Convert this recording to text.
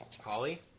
Holly